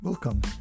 Welcome